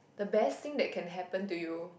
the best that can happen to you